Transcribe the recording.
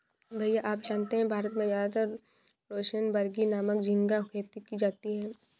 भैया आप जानते हैं भारत में ज्यादातर रोसेनबर्गी नामक झिंगा खेती की जाती है